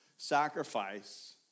Sacrifice